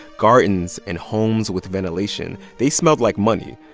gardens and homes with ventilation. they smelled like money.